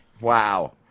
Wow